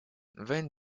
wen